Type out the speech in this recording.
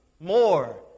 more